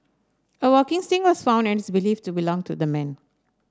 a walking stick was found and is believed to belong to the man